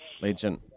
Legend